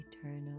eternal